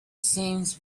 seems